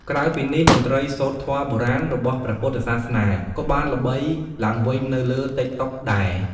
ក្រៅពីនេះ តន្ត្រីសូត្រធម៌បុរាណ របស់ព្រះពុទ្ធសាសនា ក៏បានល្បីឡើងវិញនៅលើ តិកតុក ដែរ។